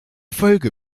folge